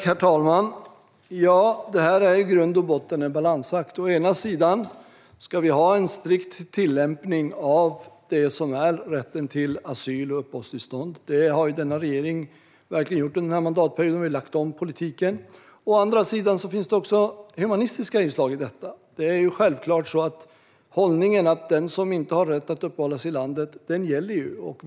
Herr talman! Det här är i grund och botten en balansakt. Å ena sidan ska vi ha en strikt tillämpning av rätten till asyl och uppehållstillstånd. Det har denna regering verkligen haft under den här mandatperioden. Vi har lagt om politiken. Å andra sidan finns det också humanistiska inslag i detta. Det är självklart så att hållningen att den som inte har rätt att uppehålla sig i landet ska lämna landet gäller.